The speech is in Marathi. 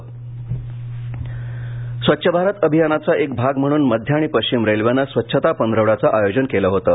रेल्वे स्वच्छता स्वच्छ भारत अभियानाचा क्रि भाग म्हणून मध्य आणि पश्चिम रेल्वेनं स्वच्छता पंधरवड्याचं आयोजन केलं होतं